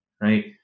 right